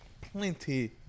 Plenty